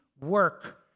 work